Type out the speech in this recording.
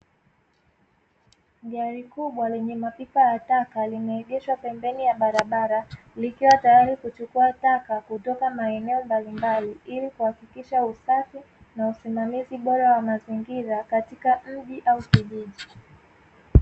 Gari kubwa lenye mapipa ya taka, limeegeshwa pembeni ya barabara likiwa tayari kuchukua taka kutoka maeneo mbalimbali ili kuhakikisha usafi na usimamizi bora wa mazingira katika mji au kijiji.